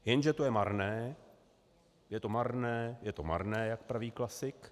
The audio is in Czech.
Jenže to je marné, je to marné, je to marné, jak praví klasik.